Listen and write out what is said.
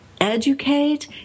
educate